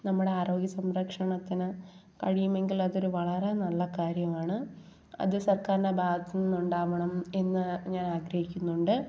നമ്മുടെ ആരോഗ്യസംരക്ഷണത്തിന് കഴിയുമെങ്കിൽ അതൊരു വളരെ നല്ല കാര്യമാണ് അത് സർക്കാറിൻ്റെ ഭാഗത്തു നിന്നും ഉണ്ടാകണം എന്ന് ഞാൻ ആഗ്രഹിക്കുന്നുണ്ട്